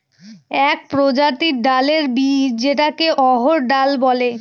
এক প্রজাতির ডালের বীজ যেটাকে অড়হর ডাল বলে